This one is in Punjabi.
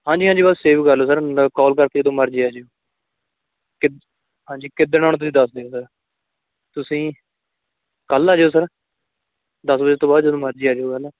ਹਾਂਜੀ ਹਾਂਜੀ ਬਸ ਸੇਵ ਕਰ ਲਿਓ ਸਰ ਮ ਕੋਲ ਕਰਕੇ ਜਦੋਂ ਮਰਜ਼ੀ ਆ ਜਾਇਓ ਕਿੱ ਹਾਂਜੀ ਕਿੱਦਣ ਆਉਣਾ ਤੁਸੀਂ ਦੱਸ ਦਿਓ ਸਰ ਤੁਸੀਂ ਕੱਲ੍ਹ ਆ ਜਾਇਓ ਸਰ ਦਸ ਵਜੇ ਤੋਂ ਬਾਅਦ ਜਦੋਂ ਮਰਜ਼ੀ ਆਜਿਓ ਕੱਲ੍ਹ